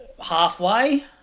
halfway